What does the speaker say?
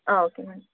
okay madam